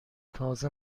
تازه